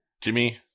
Jimmy